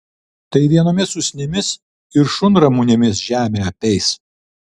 tai vienomis usnimis ir šunramunėmis žemė apeis